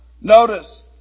Notice